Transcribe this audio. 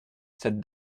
cette